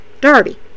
Darby